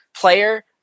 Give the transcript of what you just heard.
player